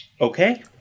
Okay